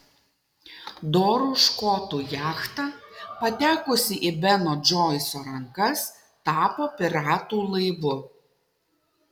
dorų škotų jachta patekusi į beno džoiso rankas tapo piratų laivu